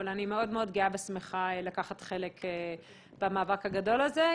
אבל אני מאוד גאה ושמחה לקחת חלק במאבק הגדול הזה.